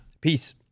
Peace